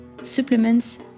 supplements